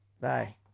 Bye